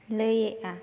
ᱞᱟᱹᱭ ᱮᱫᱟ